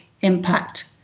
impact